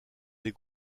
des